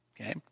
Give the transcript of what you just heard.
Okay